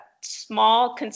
small